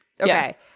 Okay